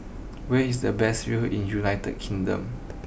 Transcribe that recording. where is the best view in United Kingdom